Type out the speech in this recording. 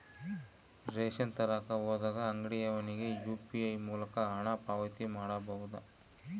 Ration ತರಕ ಹೋದಾಗ ಅಂಗಡಿಯವನಿಗೆ ಯು.ಪಿ.ಐ ಮೂಲಕ ಹಣ ಪಾವತಿ ಮಾಡಬಹುದಾ?